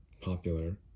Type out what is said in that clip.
popular